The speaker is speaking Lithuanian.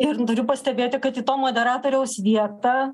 ir turiu pastebėti kad į to moderatoriaus vietą